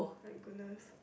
my goodness